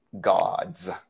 Gods